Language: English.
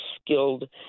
skilled